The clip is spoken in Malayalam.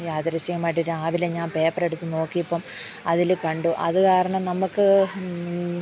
യാദൃചികമായിട്ട് രാവിലെ ഞാൻ പേപ്പർ എടുത്ത് നോക്കിയപ്പം അതിൽ കണ്ടു അത് കാരണം നമുക്ക്